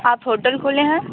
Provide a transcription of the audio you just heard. आप होटल खोले हैं